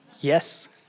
Yes